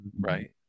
right